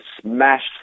smashed